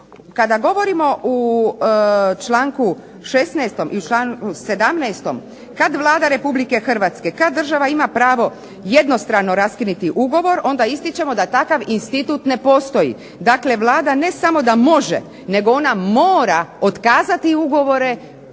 Kada govorimo u članku 16. i 17. kad Vlada Republike Hrvatske, kad država ima pravo jednostrano raskinuti ugovor onda ističemo da takav institut ne postoji. Dakle, Vlada ne samo da može nego ona mora otkazati ugovore,